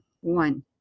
one